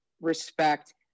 respect